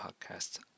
podcast